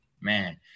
man